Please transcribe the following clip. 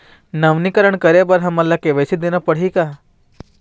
नवीनीकरण करे बर हमन ला के.वाई.सी देना पड़ही का?